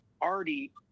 already